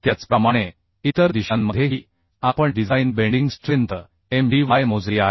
त्याचप्रमाणे इतर दिशांमध्येही आपण design bending strength m d y मोजली आहे